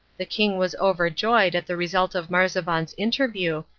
the king was overjoyed at the result of marzavan's interview,